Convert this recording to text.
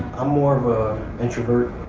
i'm more of a introvert,